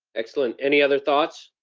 excellent any other thoughts?